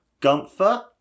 Gunther